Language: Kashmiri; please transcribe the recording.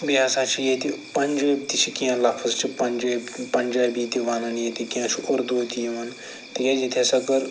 بییٚہ ہسا چھِ ییٚتہِ بنٛجٲبۍ تہِ چھِ کیٚنٛہہ لفظ چھِ پنٛجٲبۍ پنٛجٲجی تہِ ونان ییٚتہِ کیٚنٛہہ چھِ اردو تہِ یِوان تِکیٚازِ ییٚتہِ ہسا کٔر